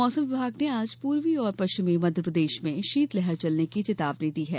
मौसम विभाग ने आज पूर्वी और पश्चिमी मध्यप्रदेश में शीतलहर चलने की चेतावनी दी है